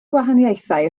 gwahaniaethau